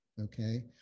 Okay